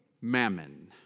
Mammon